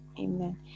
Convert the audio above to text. Amen